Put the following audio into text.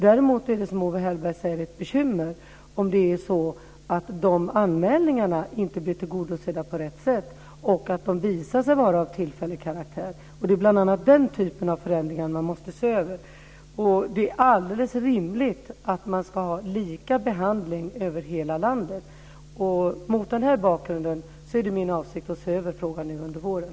Däremot är det, som Owe Hellberg säger, ett bekymmer om de anmälningarna inte blir tillgodosedda på rätt sätt och de visar sig vara av tillfällig karaktär. Det är bl.a. den typen av förändringar man måste se över. Det är alldeles rimligt att man har lika behandling över hela landet. Mot den bakgrunden är det min avsikt att se över frågan nu under våren.